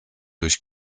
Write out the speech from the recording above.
durch